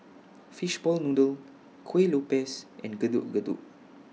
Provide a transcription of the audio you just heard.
Fishball Noodle Kuih Lopes and Getuk Getuk